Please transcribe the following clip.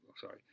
sorry